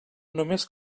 només